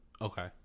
okay